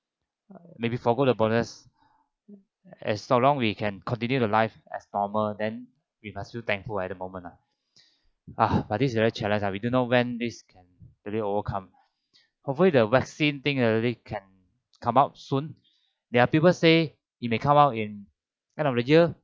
maybe forego the bonus as so long we can continue to live as normal then we must feel thankful at the moment ah ah but this very challenge ah we don't know when this can really overcome hopefully the vaccine thing uh really can come up soon there are people say it may come out in end of the year